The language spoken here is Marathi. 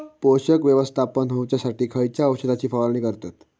पोषक व्यवस्थापन होऊच्यासाठी खयच्या औषधाची फवारणी करतत?